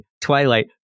Twilight